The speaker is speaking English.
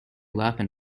laughing